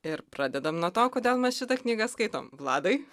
ir pradedam nuo to kodėl mes šitą knygą skaitom vladai